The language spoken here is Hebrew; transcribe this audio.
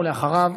ואחריו,